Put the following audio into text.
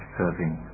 serving